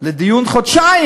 לדיון של חודשיים.